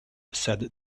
said